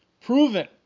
proven